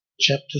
chapter